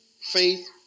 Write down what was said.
faith